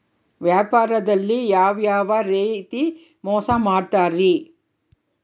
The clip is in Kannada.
ವ್ಯಾಪಾರದಲ್ಲಿ ಯಾವ್ಯಾವ ರೇತಿ ಮೋಸ ಮಾಡ್ತಾರ್ರಿ?